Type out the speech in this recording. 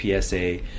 PSA